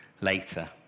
later